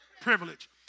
privilege